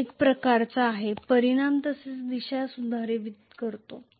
एक प्रकारचा परिमाण तसेच दिशा सुधारित करतो आहे